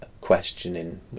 questioning